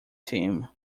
team